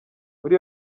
muri